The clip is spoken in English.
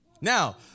Now